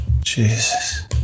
Jesus